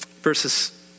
Verses